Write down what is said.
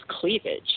cleavage